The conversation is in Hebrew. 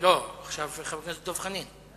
לא, עכשיו חבר הכנסת דב חנין.